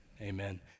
Amen